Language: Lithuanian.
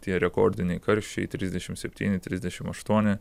tie rekordiniai karščiai trisdešimt septyni trisdešimt aštuoni